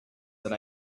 that